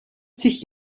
sich